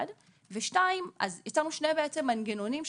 יצרנו שני מנגנונים,